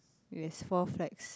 yes four flags